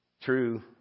true